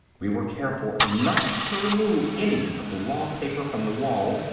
we were careful not to remove any of the wall-paper from the wall,